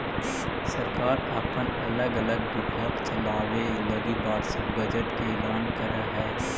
सरकार अपन अलग अलग विभाग चलावे लगी वार्षिक बजट के ऐलान करऽ हई